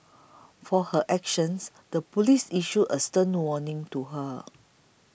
for her actions the police issued a stern warning to her